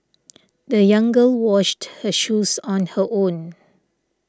the young girl washed her shoes on her own